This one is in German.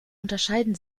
unterscheiden